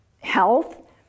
health